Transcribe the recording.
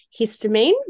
histamine